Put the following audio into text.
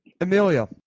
Amelia